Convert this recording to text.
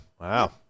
Wow